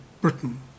Britain